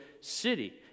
city